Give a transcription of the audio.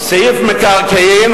סעיף מקרקעין,